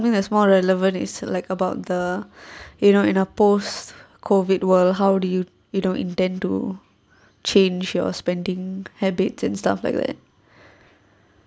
something is more relevant is like about the you know in a post COVID world how do you you don't intend to change your spending habits and stuff like that